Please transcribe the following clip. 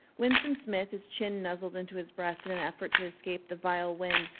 winston smith, his chin nuzzled into his breast in an effort to escape the vile wind,